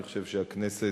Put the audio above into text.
אני חושב שהכנסת